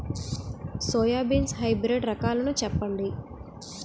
Soybean hybrid రకాలను చెప్పండి?